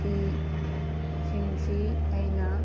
ꯐꯤ ꯁꯤꯡꯁꯤ ꯑꯩꯅ